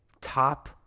top